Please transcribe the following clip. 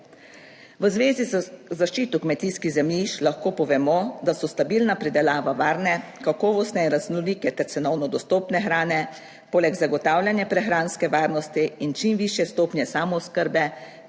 V zvezi z zaščito kmetijskih zemljišč lahko povemo, da so stabilna pridelava varne, kakovostne in raznolike ter cenovno dostopne hrane poleg zagotavljanja prehranske varnosti in čim višje stopnje samooskrbe